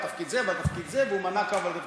בעל תפקיד זה והוא מנה כמה תפקידים.